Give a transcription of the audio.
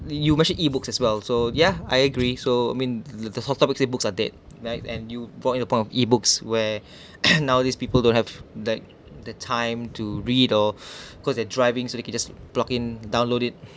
you mentioned ebooks as well so ya I agree so mean the the hot topic say books are dead right and you brought in the point of ebooks where nowadays people don't have that the time to read or because they're driving so they can just block in download it